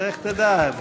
לך תדע.